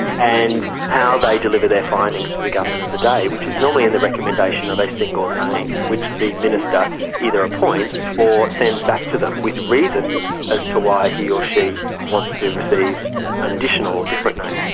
and how they deliver their findings to the government of the day, which is normally in the recommendation of a single name, which the minister either appoints or sends back to them with reasons as to why he or she wants to receive an additional or different name.